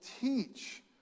teach